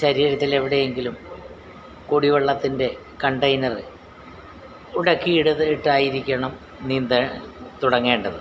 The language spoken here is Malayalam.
ശരീരത്തിലെവിടെയെങ്കിലും കുടിവെള്ളത്തിൻ്റെ കണ്ടെയ്നർ ഉടക്കിയിട്ത് ഇട്ടായിരിക്കണം നീന്താൻ തുടങ്ങേണ്ടത്